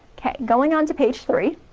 okay, going on to page three.